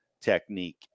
technique